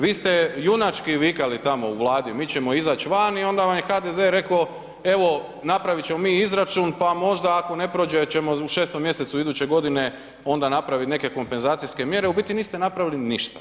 Vi ste junački vikali tamo u Vladi, mi ćemo izaći van i onda vam je HDZ rekao evo napravit ćemo mi izračun, pa možda ako ne prođe ćemo u 6. mjesecu iduće godine onda napravit neke kompenzacije mjere, u biti niste napravili ništa.